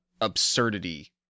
absurdity